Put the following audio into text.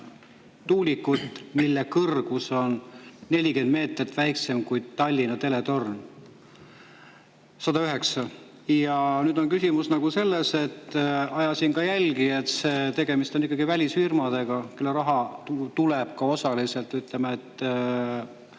tuulikut, mille kõrgus on 40 meetrit väiksem kui Tallinna teletorn. 109! Ja nüüd on küsimus selles, et ma ajasin jälgi, et tegemist on ikkagi välisfirmadega, kelle raha tuleb osaliselt Prantsuse